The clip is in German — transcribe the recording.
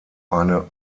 eine